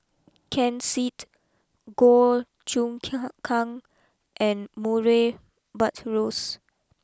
Ken Seet Goh Choon Kang and Murray Buttrose